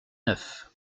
neuf